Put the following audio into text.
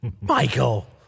Michael